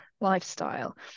lifestyle